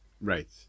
Right